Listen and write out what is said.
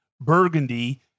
Burgundy